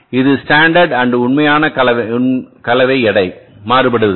இதில்ஸ்டாண்டர்ட் and உண்மையானகலவை எடை மாறுபடுவதில்லை